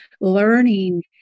learning